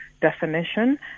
definition